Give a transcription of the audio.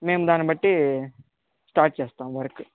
మేము దాన్నిబట్టి స్టార్ట్ చేస్తాం వర్క్